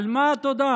על מה התודה?